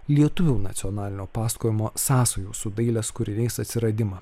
lietuvių nacionalinio pasakojimo sąsajų su dailės kūriniais atsiradimą